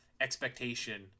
expectation